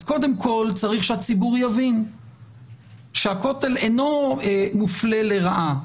אז קודם כל צריך שהציבור יבין שהכותל אינו מופלה לרעה,